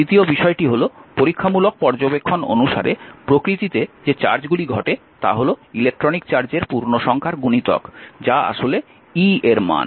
দ্বিতীয় বিষয় হল পরীক্ষামূলক পর্যবেক্ষণ অনুসারে প্রকৃতিতে যে চার্জগুলি ঘটে তা হল ইলেকট্রনিক চার্জের পূর্ণ সংখ্যার গুণিতক যা আসলে e এর মান